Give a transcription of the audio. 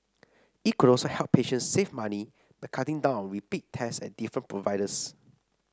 it could also help patients save money by cutting down repeat test at different providers